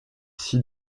ici